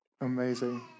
Amazing